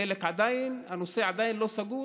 חלק עדיין הנושא לא סגור,